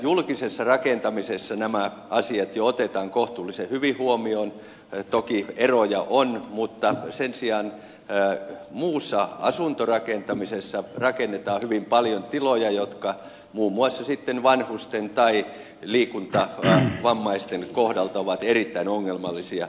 julkisessa rakentamisessa nämä asiat jo otetaan kohtuullisen hyvin huomioon toki eroja on mutta sen sijaan muussa asuntorakentamisessa rakennetaan hyvin paljon tiloja jotka muun muassa sitten vanhusten tai liikuntavammaisten kohdalta ovat erittäin ongelmallisia